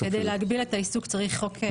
כדי להגביל את העיסוק צריך חוק.